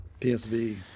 PSV